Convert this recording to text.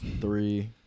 three